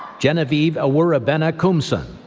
genevieve ah ewurabena koomson.